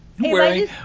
Wearing